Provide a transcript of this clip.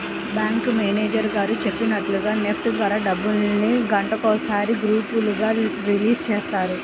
bank manager గారు చెప్పినట్లుగా NEFT ద్వారా డబ్బుల్ని గంటకొకసారి గ్రూపులుగా రిలీజ్ చేస్తారు